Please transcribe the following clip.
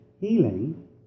healing